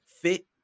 fit